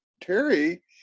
Terry